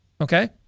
okay